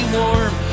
warm